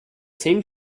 same